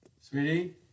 Sweetie